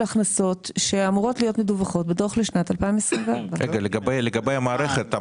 הכנסות שאמורות להיות מדווחות בדוח לשנת 2024. לגבי המערכת,